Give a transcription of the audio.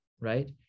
right